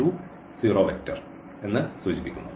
u u 0 എന്ന് സൂചിപ്പിക്കുന്നു